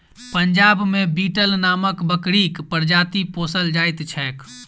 पंजाब मे बीटल नामक बकरीक प्रजाति पोसल जाइत छैक